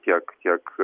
tiek kiek